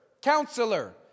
counselor